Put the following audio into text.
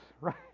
right